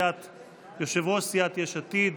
יושב-ראש סיעת יש עתיד,